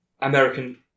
American